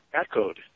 echoed